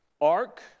ark